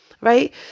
right